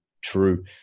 true